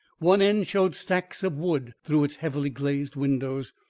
one end showed stacks of wood through its heavily glazed windows,